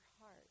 heart